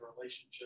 relationship